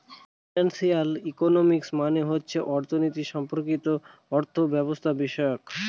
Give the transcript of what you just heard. financial economics মানে হচ্ছে অর্থনীতি সম্পর্কিত অর্থব্যবস্থাবিষয়ক